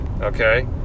okay